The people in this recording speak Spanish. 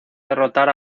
derrotar